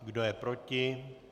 Kdo je proti?